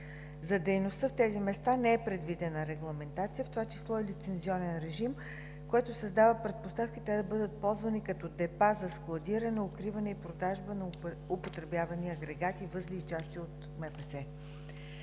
За дейността в тези места не е предвидена регламентация, в това число и лицензионен режим, което създава предпоставки те да бъдат ползвани като депа за складиране, укриване и продажба на употребявани агрегати, възли и части от МПС.